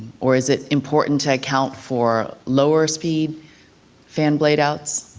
or is it important to account for lower speed fan blade outs?